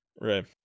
Right